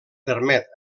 permet